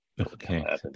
okay